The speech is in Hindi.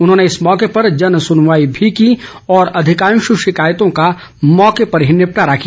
उन्होंने इस मौके पर जनसुनवाई भी की और अधिकांश शिकायतों का मौके पर ही निपटारा किया